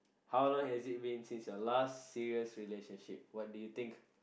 how long has it been since your last serious relationship what do you think